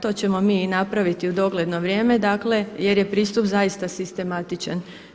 To ćemo mi i napraviti u dogledno vrijeme jer je pristup zaista sistematičan.